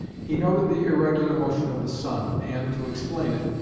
he noted the irregular motion of the sun, and, to explain it,